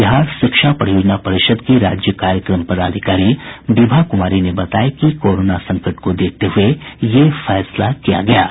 बिहार शिक्षा परियोजना परिषद की राज्य कार्यक्रम पदाधिकारी विभा कुमारी ने बताया कि कोरोना संकट को देखते हुए यह फैसला किया गया है